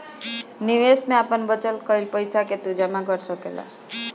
निवेश में आपन बचत कईल पईसा के तू जमा कर सकेला